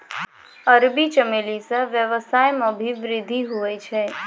अरबी चमेली से वेवसाय मे भी वृद्धि हुवै छै